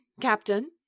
Captain